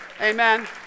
Amen